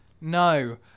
no